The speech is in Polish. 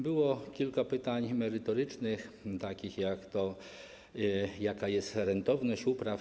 Było kilka pytań merytorycznych np. o to, jaka jest rentowność upraw.